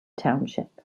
township